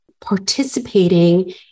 participating